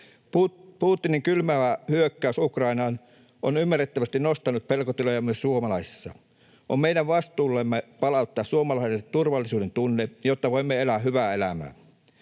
Putinin kylmäävä hyökkäys Ukrainaan on ymmärrettävästi nostanut pelkotiloja myös suomalaisissa. On meidän vastuullamme palauttaa suomalaisten turvallisuudentunne, jotta voimme elää hyvää elämää.